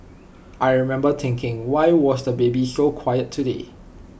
I remember thinking why was the baby so quiet today